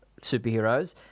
superheroes